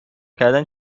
کردن